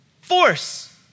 force